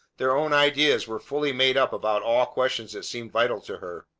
their own ideas were fully made up about all questions that seemed vital to her.